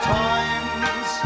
times